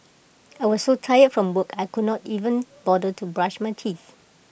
I was so tired from work I could not even bother to brush my teeth